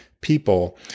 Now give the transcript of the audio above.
people